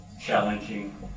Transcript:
challenging